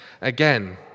again